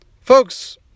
Folks